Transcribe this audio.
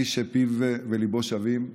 איש שפיו ולבו שווים,